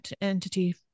entity